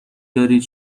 دارید